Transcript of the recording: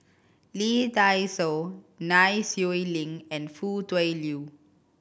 Lee Dai Soh Nai Swee Leng and Foo Tui Liew